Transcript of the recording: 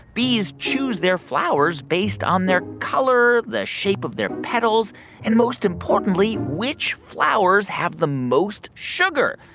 bees choose their flowers based on their color, the shape of their petals and, most importantly, which flowers have the most sugar.